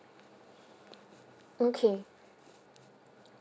okay